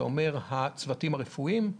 אתה אומר שזה לצוותים הרפואיים.